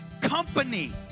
company